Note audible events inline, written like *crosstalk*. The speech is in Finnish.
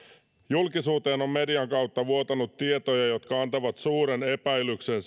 julkisuuteen on median kautta vuotanut tietoja jotka antavat suuren epäilyksen *unintelligible*